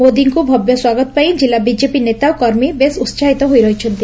ମୋଦିଙ୍କୁ ଭବ୍ୟ ସ୍ୱାଗତ ପାଇଁ ଜିଲ୍ଲା ବିଜେପି ନେତା ଓ କର୍ମୀ ବେଶ୍ ଉସାହିତ ହୋଇ ରହିଛନ୍ତି